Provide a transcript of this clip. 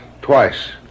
twice